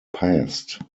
passed